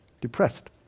depressed